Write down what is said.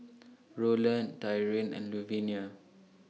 Rolland Tyrin and Luvinia